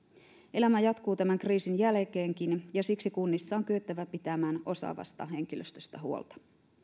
elämä jatkuu tämän kriisin jälkeenkin ja siksi kunnissa on kyettävä pitämään osaavasta henkilöstöstä huolta